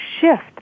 shift